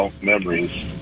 memories